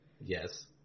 Yes